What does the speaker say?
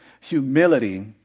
humility